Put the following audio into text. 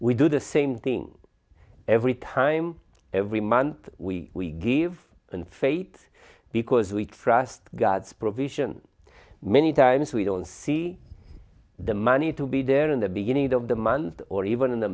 we do the same thing every time every month we we give and fate because we trust god's provision many times we don't see the money to be there in the beginning of the month or even in the